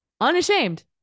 Unashamed